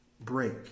break